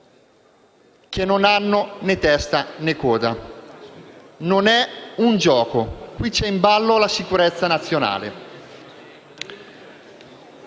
che non hanno né testa, né coda. Non è un gioco; qui c'è in ballo la sicurezza nazionale.